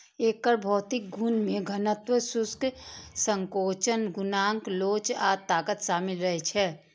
एकर भौतिक गुण मे घनत्व, शुष्क संकोचन गुणांक लोच आ ताकत शामिल रहै छै